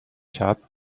shop